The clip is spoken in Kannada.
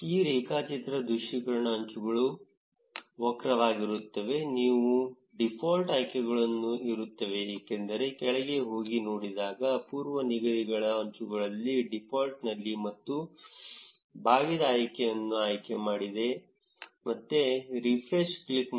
ಈ ರೇಖಾಚಿತ್ರ ದೃಶ್ಯೀಕರಣ ಅಂಚುಗಳ ವಕ್ರವಾಗಿರುತ್ತವೆ ಏನು ಡೀಫಾಲ್ಟ್ ಆಯ್ಕೆಗಳನ್ನು ಇರುತ್ತವೆ ಏಕೆಂದರೆ ಕೆಳಗೆ ಹೋಗಿ ನೋಡಿದಾಗ ಪೂರ್ವನಿಗದಿಗಳ ಅಂಚುಗಳಲ್ಲಿ ಡೀಫಾಲ್ಟ್ನಲ್ಲಿ ಮತ್ತು ಬಾಗಿದ ಆಯ್ಕೆಯನ್ನು ಆಯ್ಕೆ ಮಾಡದೆ ಮತ್ತೆ ರಿಫ್ರೆಶ್ ಕ್ಲಿಕ್ ಮಾಡಿ